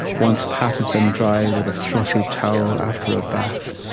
once patted them dry with a fluffy towel after a bath,